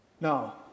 Now